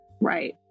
Right